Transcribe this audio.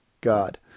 God